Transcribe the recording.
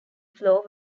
floor